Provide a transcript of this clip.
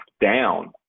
down